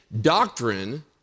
doctrine